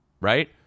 Right